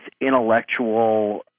intellectual